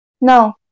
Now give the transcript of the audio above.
no